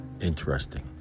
Interesting